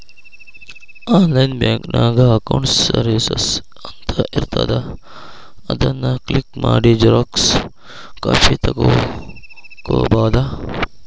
online ಬ್ಯಾಂಕಿನ್ಯಾಗ accounts services ಅಂತ ಇರ್ತಾದ ಅದನ್ ಕ್ಲಿಕ್ ಮಾಡಿ ಝೆರೊಕ್ಸಾ ಕಾಪಿ ತೊಕ್ಕೊಬೋದು